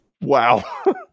Wow